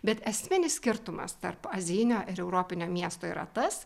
bet esminis skirtumas tarp azijinio ir europinio miesto yra tas